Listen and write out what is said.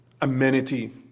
amenity